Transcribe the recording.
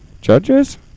Judges